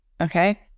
Okay